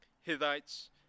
Hittites